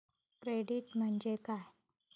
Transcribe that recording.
Credit म्हणजे काय?